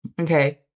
okay